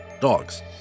Dogs